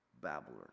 babbler